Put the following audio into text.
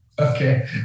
Okay